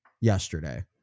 yesterday